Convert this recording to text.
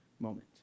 Moment